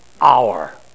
hour